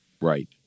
right